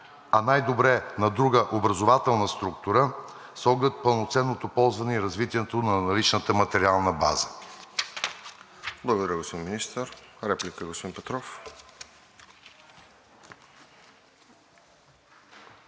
а най-добре на друга образователна структура, с оглед пълноценното ползване и развитието на наличната материална база.